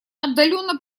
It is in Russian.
отдаленно